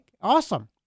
Awesome